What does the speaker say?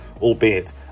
albeit